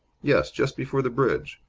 yes, just before the bridge.